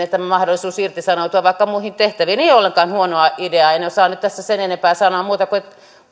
mahdollisuus irtisanoutua vaikka muihin tehtäviin ei ole ollenkaan huono idea en osaa nyt tässä sen enempää sanoa muuta kuin että